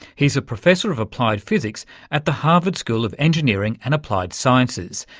he's a professor of applied physics at the harvard school of engineering and applied sciences.